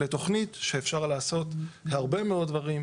לתכנית שאפשר לעשות הרבה מאוד דברים,